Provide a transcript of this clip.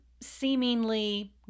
seemingly